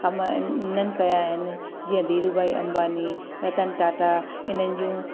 कमु इन्हनि कयां आहिनि जीअं धीरू भाई अंबानी रतन टाटा इन्हनि जूं